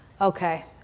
okay